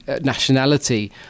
nationality